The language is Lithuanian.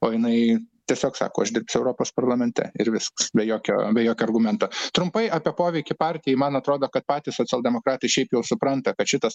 o jinai tiesiog sako aš dirbsiu europos parlamente ir viskas be jokio be jokio argumento trumpai apie poveikį partijai man atrodo kad patys socialdemokratai šiaip jau supranta kad šitas